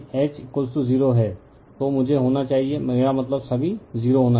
यदि H 0 है तो मुझे होना चाहिए मेरा मतलब सभी 0